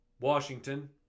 Washington